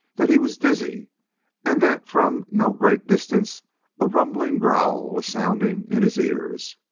that he was dizzy and that from no great distance a rumbling growl was sounding in his ears.